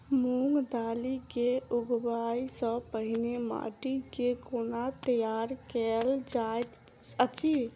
मूंग दालि केँ उगबाई सँ पहिने माटि केँ कोना तैयार कैल जाइत अछि?